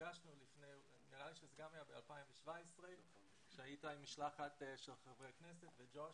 שנפגשנו נדמה לי ב-2017 עת היית עם משלחת של חברי הכנסת עם ג'וש,